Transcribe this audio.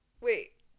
Wait